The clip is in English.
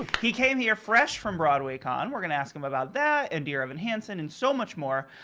he came here fresh from broadwaycon. we're gonna ask him about that, and dear evan hansen and so much more.